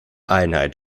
einheit